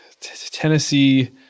Tennessee